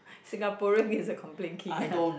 Singaporean is a complain king ah